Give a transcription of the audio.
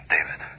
David